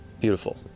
beautiful